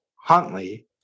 Huntley